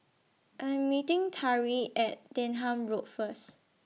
I Am meeting Tari At Denham Road First